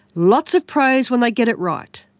lots of praise when they get it right.